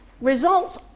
results